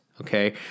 Okay